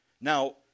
Now